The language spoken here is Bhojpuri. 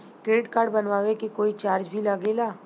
क्रेडिट कार्ड बनवावे के कोई चार्ज भी लागेला?